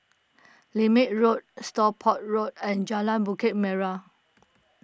Lermit Road Stockport Road and Jalan Bukit Merah